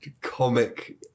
Comic